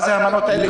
מה זה המנות האלה?